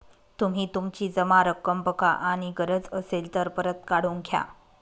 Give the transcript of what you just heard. तुम्ही तुमची जमा रक्कम बघा आणि गरज असेल तर परत काढून घ्या